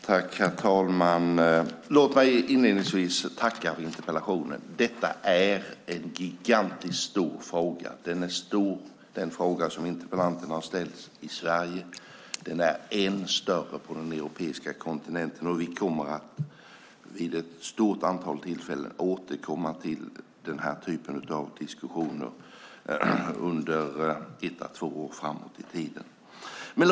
Herr talman! Låt mig inledningsvis tacka för interpellationen. Den fråga som interpellanten har ställt är en gigantiskt stor fråga i Sverige. Den är än större på den europeiska kontinenten, och vi kommer vid ett stort antal tillfällen att återkomma till den här typen av diskussioner under ett à två år framåt i tiden.